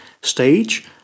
stage